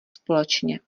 společně